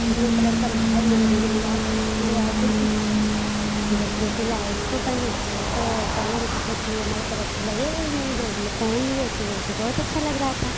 blue colour का भाई मेरे लिए लिया ले आए कुर्ती जब कुर्ती लाए उसको पहने तो पहले हम सोचे कि हमारे ऊपर अच्छा लगेगा ही नहीं जब लग पहन लिए तो वो तो बहुत अच्छा लग रहा था